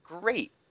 great